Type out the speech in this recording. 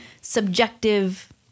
subjective